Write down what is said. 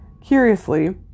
Curiously